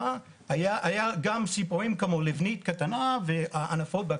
היו גם ציפורים כמו לבנית קטנה וענפות.